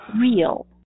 real